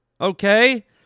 okay